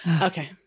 Okay